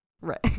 Right